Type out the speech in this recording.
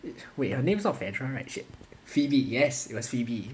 it's wait her name's not right phoebe yes it was phoebe